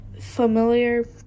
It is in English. familiar